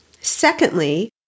Secondly